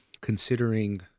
considering